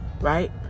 right